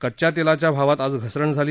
कच्च्या तेलाच्या भावात आज घसरण झाली